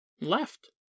left